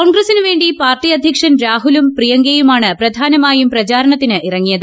കോൺഗ്രസിനുവേണ്ടി party അധ്യക്ഷൻ രാഹുലും പ്രിയങ്കയും ആണ് പ്രധാനമായും പ്രചാരണത്തിന് ഇറങ്ങിയത്